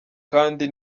kandi